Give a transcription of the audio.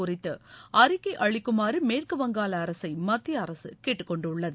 குறித்து அறிக்கை அளிக்குமாறு மேற்குவங்காள அரசை மத்திய அரசு கேட்டுக்கொண்டுள்ளது